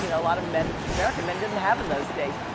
you know a lot of men, american men didn't have in those days.